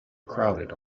crowded